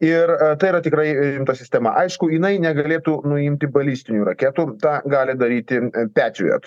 ir tai yra tikrai rimta sistema aišku jinai negalėtų nuimti balistinių raketų tą gali daryti petriot